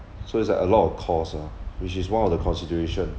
so it's like a lot of costs ah which is one of the consideration